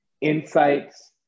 insights